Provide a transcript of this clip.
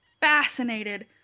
fascinated